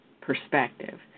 perspective